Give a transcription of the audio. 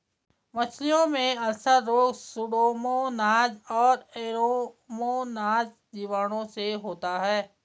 मछलियों में अल्सर रोग सुडोमोनाज और एरोमोनाज जीवाणुओं से होता है